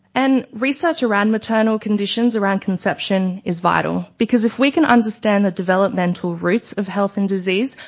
and research around maternal conditions around conception is vital, because, if we can understand the developmental roots of health and disease,